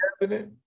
happening